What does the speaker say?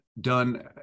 done